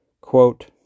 quote